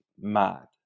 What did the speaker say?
mad